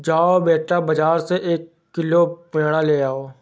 जाओ बेटा, बाजार से एक किलो पेड़ा ले आओ